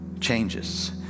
changes